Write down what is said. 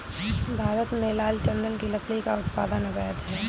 भारत में लाल चंदन की लकड़ी का उत्पादन अवैध है